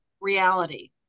reality